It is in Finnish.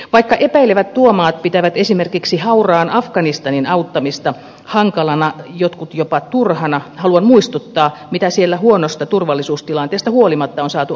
vaikka epäilevät tuomaat pitävät esimerkiksi hauraan afganistanin auttamista hankalana jotkut jopa turhana haluan muistuttaa mitä siellä huonosta turvallisuustilanteesta huolimatta on saatu aikaan